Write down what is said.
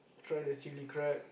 try the chili crab